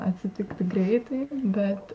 atsitikti greitai bet